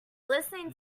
listening